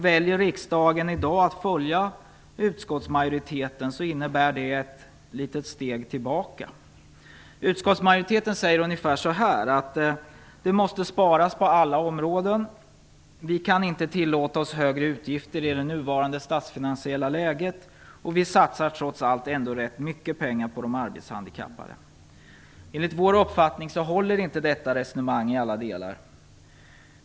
Väljer riksdagen i dag att följa utskottsmajoriteten innebär det ett litet steg tillbaka. Utskottsmajoriteten säger ungefär så här: Det måste sparas på alla områden. Vi kan inte tillåta oss högre utgifter i det nuvarande statsfinansiella läget, och vi satsar trots allt ändå rätt mycket pengar på de arbetshandikappade. Enligt vår uppfattning håller inte detta resonemang i alla delar.